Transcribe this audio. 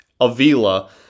Avila